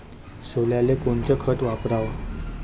सोल्याले कोनचं खत वापराव?